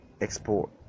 export